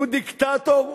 הוא דיקטטור,